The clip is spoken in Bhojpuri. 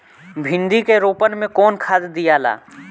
भिंदी के रोपन मे कौन खाद दियाला?